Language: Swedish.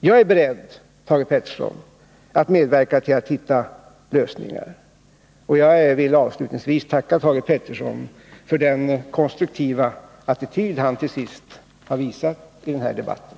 Jag är beredd, Thage Peterson, att medverka till att hitta lösningar, och jag vill avslutningsvis tacka Thage Peterson för den konstruktiva attityd han till sist har visat i den här debatten.